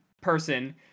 person